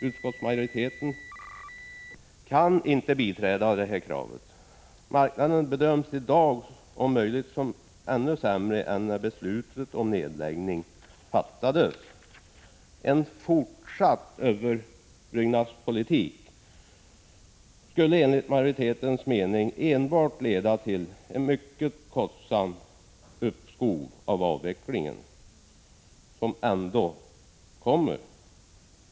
Utskottsmajoriteten kan inte biträda detta krav. Marknaden bedöms i dag vara om möjligt ännu sämre än när beslutet om nedläggning fattades. En fortsatt ”överbryggningspolitik” skulle enligt majoritetens mening enbart leda till ett mycket kostsamt uppskov med avvecklingen, som ändå kommer.